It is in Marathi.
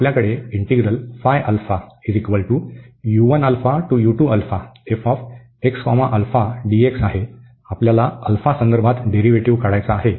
तर आपल्याकडे इंटीग्रल आहे आपल्याला संदर्भात डेरीव्हेटिव काढायचा आहे